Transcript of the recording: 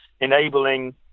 enabling